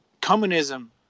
communism